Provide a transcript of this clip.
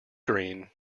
green